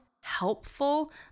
helpful